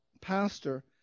pastor